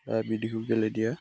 दा बिदिखौ गेलेदिया